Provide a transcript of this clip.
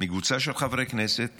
מקבוצה של חברי כנסת